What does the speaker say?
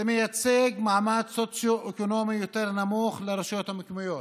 זה מייצג מעמד סוציו-אקונומי נמוך יותר לרשויות המקומיות,